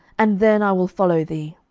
and then i will follow thee.